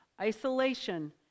Isolation